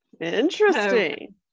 interesting